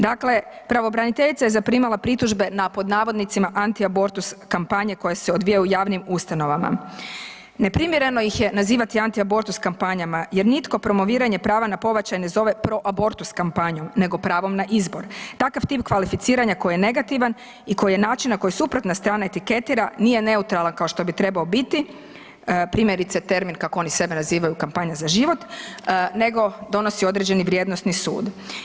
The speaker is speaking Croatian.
Dakle, pravobraniteljica je zaprimala pritužbe na pod navodnicima antiabortus kampanje koje se odvijaju u javnim ustanovama, neprimjereno ih je nazivati antiabortus kampanjama jer nitko promoviranje prava na pobačaj ne zove proabortus kampanjom nego pravom na izbor, takav tip kvalificiranja koji je negativan i koji je način na koji suprotna strana etiketira nije neutralan kao što bi trebao biti, primjerice termin kako oni sebe nazivaju Kampanja za život, nego donosi određeni vrijednosni sud.